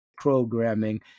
programming